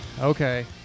Okay